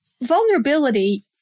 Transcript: vulnerability